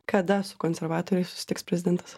kada su konservatoriais susitiks prezidentas